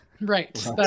Right